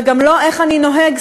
וגם לא "איך אני נוהג/נוהגת?".